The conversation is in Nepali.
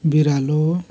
बिरालो